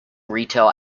retail